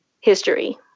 history